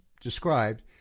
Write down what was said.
described